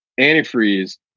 antifreeze